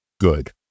good